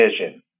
vision